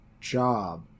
job